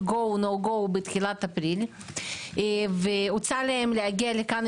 גו נו גו בתחילת אפריל והוצע להם להגיע לכאן.